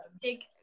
big